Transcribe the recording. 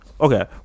Okay